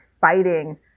fighting